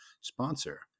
sponsor